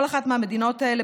בכל אחת מהמדינות האלה,